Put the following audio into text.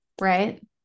right